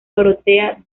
dorotea